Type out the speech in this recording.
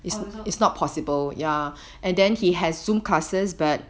oh also